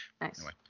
Nice